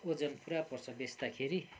ओजन पुरा पर्छ बेच्दाखेरि